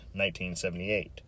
1978